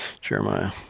jeremiah